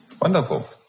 Wonderful